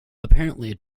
apparently